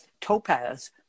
topaz